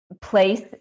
place